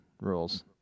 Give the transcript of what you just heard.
rules